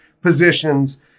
positions